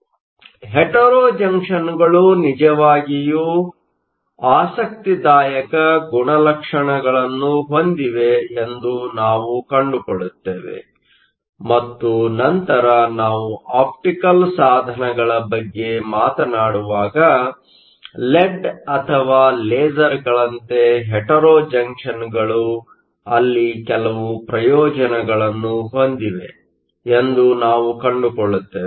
ಆದ್ದರಿಂದ ಹೆಟೆರೊ ಜಂಕ್ಷನ್ಗಳು ನಿಜವಾಗಿಯೂ ಆಸಕ್ತಿದಾಯಕ ಗುಣಲಕ್ಷಣಗಳನ್ನು ಹೊಂದಿವೆ ಎಂದು ನಾವು ಕಂಡುಕೊಳ್ಳುತ್ತೇವೆ ಮತ್ತು ನಂತರ ನಾವು ಆಪ್ಟಿಕಲ್ ಸಾಧನಗಳ ಬಗ್ಗೆ ಮಾತನಾಡುವಾಗ ಲೆಡ್ ಅಥವಾ ಲೇಸರ್ಗಳಂತೆ ಹೆಟೆರೊ ಜಂಕ್ಷನ್ಗಳು ಅಲ್ಲಿ ಕೆಲವು ಪ್ರಯೋಜನಗಳನ್ನು ಹೊಂದಿವೆ ಎಂದು ನಾವು ಕಂಡುಕೊಳ್ಳುತ್ತೇವೆ